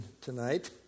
tonight